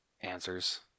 answers